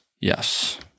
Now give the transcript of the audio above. yes